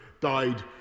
died